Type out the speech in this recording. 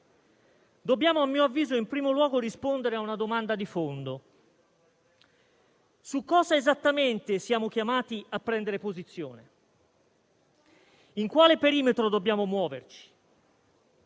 dobbiamo in primo luogo rispondere a una domanda di fondo: su cosa esattamente siamo chiamati a prendere posizione? In quale perimetro dobbiamo muoverci?